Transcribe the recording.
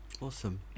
awesome